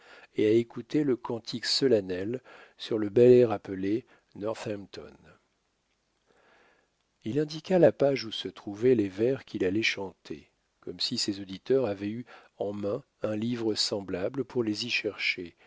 et à écouter le cantique solennel sur le bel air appelé northampton il indiqua la page où se trouvaient les vers qu'il allait chanter comme si ses auditeurs avaient eu en main un livre semblable pour les y chercher